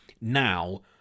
now